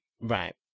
Right